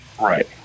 Right